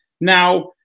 now